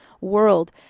world